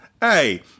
Hey